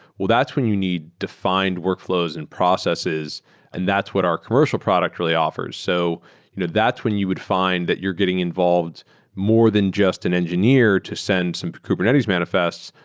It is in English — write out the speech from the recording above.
well that's when you need to find workflows and processes and that's what our commercial product really offers. so you know that's when you would find that you're getting involved more than just an engineer to send some kubernetes manifests,